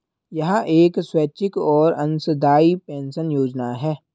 यह एक स्वैच्छिक और अंशदायी पेंशन योजना है